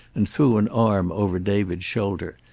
and threw an arm over david's shoulder,